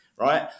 right